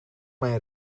mijn